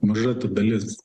maža ta dalis